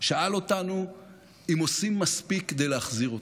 שאל אותנו אם עושים מספיק כדי להחזיר אותם.